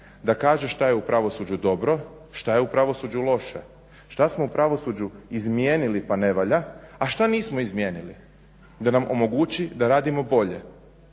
da kaže šta je u pravosuđu dobro, šta je u pravosuđu loše, šta smo u pravosuđu izmijenili pa ne valja a šta nismo izmijenili da nam omogući da radimo bolje.